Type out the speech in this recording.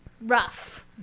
rough